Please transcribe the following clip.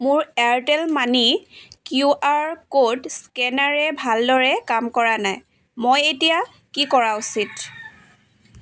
মোৰ Airtel money Q R code স্কেনাৰে ভালদৰে কাম কৰা নাই মই এতিয়া কি কৰা উচিত